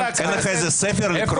אין לך איזה ספר לקרוא פה?